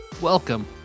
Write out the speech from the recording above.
Welcome